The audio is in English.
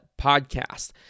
podcast